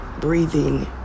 breathing